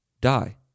die